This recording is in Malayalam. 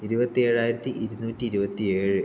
ഇരുപത്തി ഏഴായിരത്തി ഇരുന്നൂറ്റി ഇരുപത്തി ഏഴ്